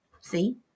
See